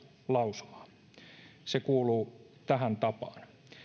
lausumaa se kuuluu tähän tapaan